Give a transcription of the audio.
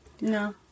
No